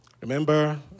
Remember